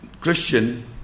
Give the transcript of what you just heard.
Christian